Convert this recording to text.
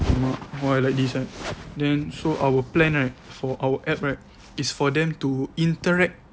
!alamak! why like this right then so our plan right for our app right is for them to interact